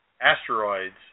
asteroids